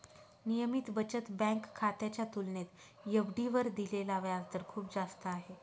नियमित बचत बँक खात्याच्या तुलनेत एफ.डी वर दिलेला व्याजदर खूप जास्त आहे